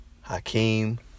Hakeem